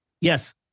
Yes